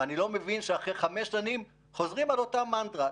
אני לא מבין איך אחרי חמש שנים חוזרים על אותה מנטרה.